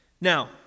Now